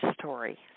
story